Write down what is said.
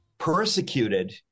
persecuted